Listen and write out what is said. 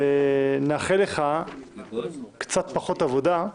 נאחל לך קצת פחות עבודה,